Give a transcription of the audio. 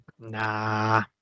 nah